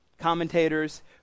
commentators